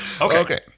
Okay